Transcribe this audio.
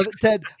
Ted